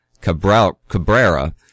Cabrera